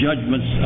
judgments